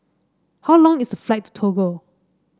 how long is the flight to Togo